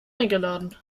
eingeladen